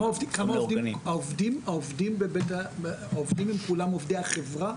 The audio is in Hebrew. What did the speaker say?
העובדים הם כולם עובדי החברה?